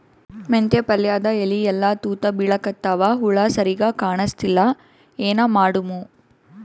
ಮೆಂತೆ ಪಲ್ಯಾದ ಎಲಿ ಎಲ್ಲಾ ತೂತ ಬಿಳಿಕತ್ತಾವ, ಹುಳ ಸರಿಗ ಕಾಣಸ್ತಿಲ್ಲ, ಏನ ಮಾಡಮು?